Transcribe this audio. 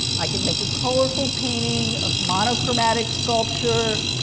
i could make a colorful painting of monochromatic sculpture.